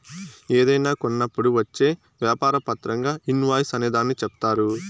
ఏదైనా కొన్నప్పుడు వచ్చే వ్యాపార పత్రంగా ఇన్ వాయిస్ అనే దాన్ని చెప్తారు